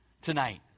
Tonight